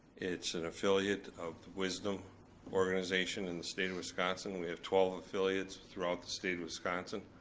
it's an affiliate of the wisdom organization in the state of wisconsin, we have twelve affiliates throughout the state of wisconsin.